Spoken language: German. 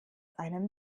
einem